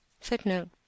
footnote